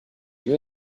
you